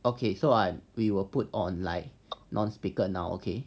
okay so I we will put on like non speakers now okay